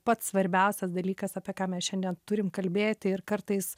pats svarbiausias dalykas apie ką mes šiandien turim kalbėti ir kartais